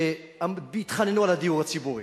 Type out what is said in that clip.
שהתחננו על הדיור ציבורי,